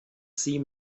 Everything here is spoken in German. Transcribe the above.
sie